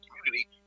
community